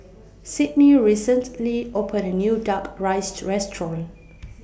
Sydnie recently opened A New Duck Rice Restaurant